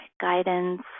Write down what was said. guidance